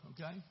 okay